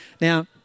Now